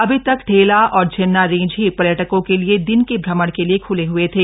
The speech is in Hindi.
अभी तक पेला और झिरना रेंज ही पर्यटकों के लिये दिन के भ्रमण के लिये खुले हए थे